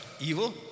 evil